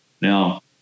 Now